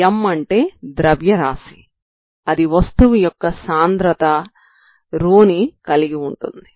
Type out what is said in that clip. m అంటే ద్రవ్యరాశి అది వస్తువు యొక్క సాంద్రతρ ని కలిగి ఉంటుంది